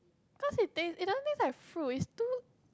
cause it taste it doesn't taste like fruits it's too